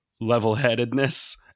level-headedness